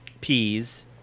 peas